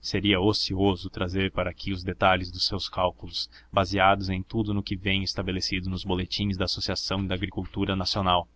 seria ocioso trazer para aqui os detalhes dos seus cálculos baseados em tudo que vem estabelecido nos boletins da associação de agricultura nacional